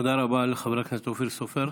תודה רבה לחבר הכנסת אופיר סופר.